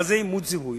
מה זה אימות זיהוי?